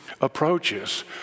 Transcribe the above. approaches